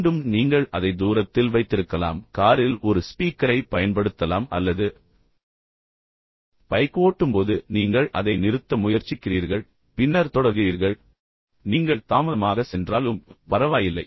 மீண்டும் நீங்கள் அதை தூரத்தில் வைத்திருக்கலாம் காரில் ஒரு ஸ்பீக்கரை பயன்படுத்தலாம் அல்லது பைக் ஓட்டும்போது நீங்கள் அதை நிறுத்த முயற்சிக்கிறீர்கள் பின்னர் கேட்கிறீர்கள் பின்னர் தொடர்கிறீர்கள் நீங்கள் ஒன்று அல்லது இரண்டு நிமிடங்கள் தாமதமாக சென்றாலும் பரவாயில்லை